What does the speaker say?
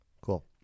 Cool